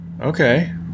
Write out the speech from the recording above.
okay